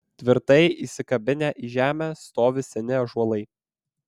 tvirtai įsikabinę į žemę stovi seni ąžuolai